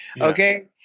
okay